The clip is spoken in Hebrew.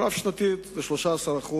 רב-שנתית זה 13%,